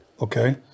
okay